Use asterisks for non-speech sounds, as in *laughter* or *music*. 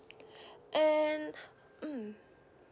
*breath* and mm